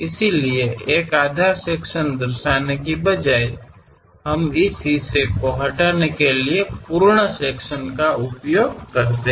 इसलिए एक आधा सेक्शन दर्शाने की बजाई हम इस हिस्से को हटाने के लिए पूर्ण सेक्शन का उपयोग करते हैं